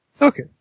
Okay